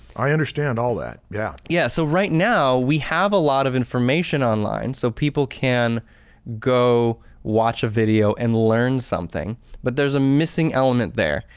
i understand all that, yeah. stan yeah. so right now, we have a lot of information online so people can go watch a video and learn something but there's a missing element there.